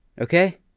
Okay